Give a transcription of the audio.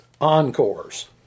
encores